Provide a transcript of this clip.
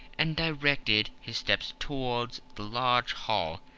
and directed his steps towards the large hall,